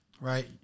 right